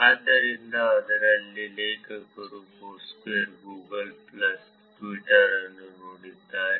ಆದ್ದರಿಂದ ಇದರಲ್ಲಿ ಲೇಖಕರು ಫೋರ್ಸ್ಕ್ವೇರ್ ಗೂಗಲ್ ಪ್ಲಸ್ ಮತ್ತು ಟ್ವಿಟರ್ ಅನ್ನು ನೋಡಿದ್ದಾರೆ